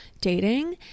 dating